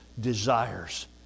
desires